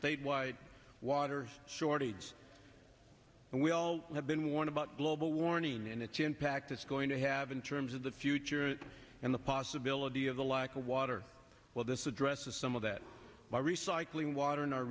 statewide water shortage and we all have been one about global warning and its impact it's going to have in terms of the future and the possibility of the lack of water well this addresses some of that by recycling water in our